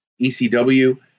ECW